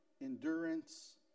endurance